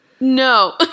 No